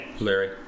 Larry